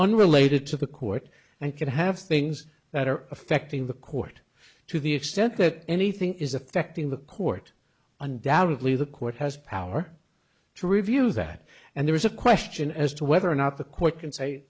unrelated to the court and it could have things that are affecting the court to the extent that anything is affecting the court undoubtedly the court has power to review that and there is a question as to whether or not the court can say